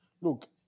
Look